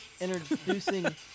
Introducing